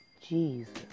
Jesus